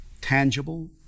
tangible